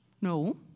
No